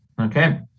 Okay